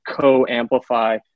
co-amplify